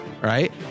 right